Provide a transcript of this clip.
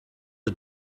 are